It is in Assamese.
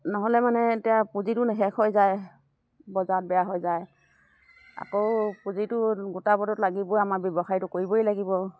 নহ'লে মানে এতিয়া পুঁজিটো শেষ হৈ যায় বজাৰত বেয়া হৈ যায় আকৌ পুঁজিটো গোটাবতো লাগিবই আমাৰ ব্যৱসায়টো কৰিবই লাগিব